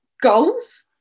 goals